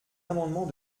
amendement